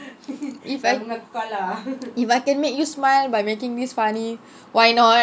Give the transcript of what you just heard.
if I can if I can make you smile by making this funny why not